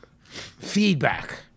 feedback